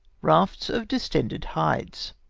rafts of distended hides